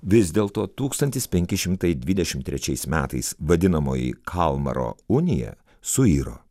vis dėlto tūkstantis penki šimtai dvidešim trečiais metais vadinamoji kalmaro unija suiro